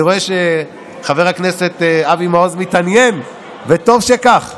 אני רואה שחבר הכנסת אבי מעוז מתעניין, וטוב שכך,